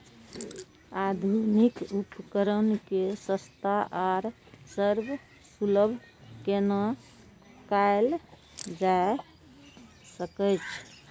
आधुनिक उपकण के सस्ता आर सर्वसुलभ केना कैयल जाए सकेछ?